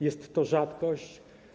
Jest to rzadkość.